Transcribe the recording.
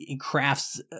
crafts